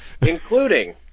including